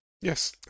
Yes